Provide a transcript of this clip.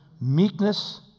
meekness